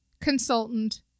consultant